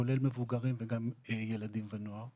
כולל מבוגרים וגם ילדים ונוער.